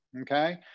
okay